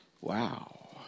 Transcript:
Wow